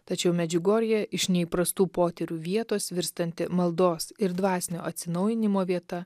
tačiau medžiugorjė iš neįprastų potyrių vietos virstanti maldos ir dvasinio atsinaujinimo vieta